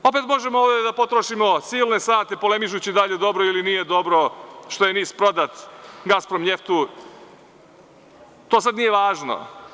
Opet možemo ovde da potrošimo silne sate polemišući da li je dobro ili nije dobro što je NIS prodat „Gaspromnjeft“-u. To sad nije važno.